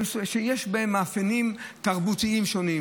שיש בהם מאפיינים תרבותיים שונים